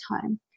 time